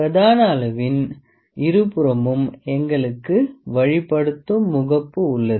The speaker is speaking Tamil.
பிரதான அளவின் இருபுறமும் எங்களுக்கு வழிப்படுத்தும் முகப்பு உள்ளது